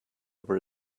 over